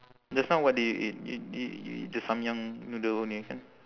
just now what did you eat y~ y~ you eat the samyang noodle only kan